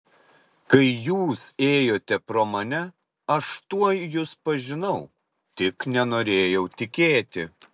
kai jūs ėjote pro mane aš tuoj jus pažinau tik nenorėjau tikėti